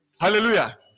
hallelujah